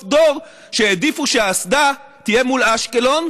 דור שהעדיפו שהאסדה תהיה מול אשקלון,